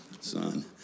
son